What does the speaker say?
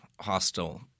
hostile